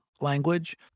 language